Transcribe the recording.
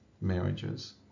marriages